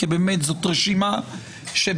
כי באמת זאת רשימה שבעיני,